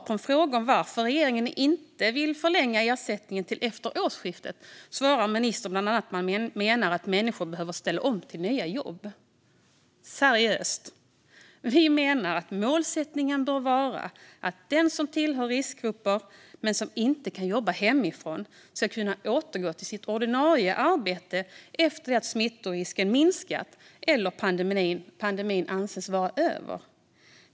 På frågan varför regeringen inte vill förlänga ersättningen till efter årsskiftet svarade ministern bland annat att man menar att människor behöver ställa om till nya jobb. Seriöst! Vi menar att målsättningen bör vara att den som tillhör en riskgrupp men som inte kan jobba hemifrån ska kunna återgå till sitt ordinarie arbete efter att smittorisken minskat eller pandemin anses vara över.